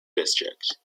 district